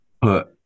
put